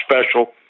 special